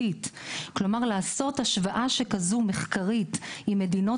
כלומר: לעשות השוואה מחקרית כזו עם מדינות